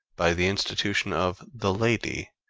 by the institution of the lady,